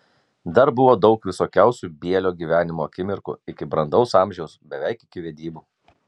dar buvo daug visokiausių bielio gyvenimo akimirkų iki brandaus amžiaus beveik iki vedybų